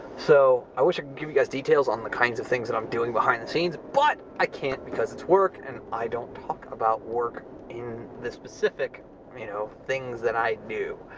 so, i wish i could give you guys details on the kinds of things that i'm doing behind the scenes, but i can't because it's work and i don't talk about work in the specific you know things that i do.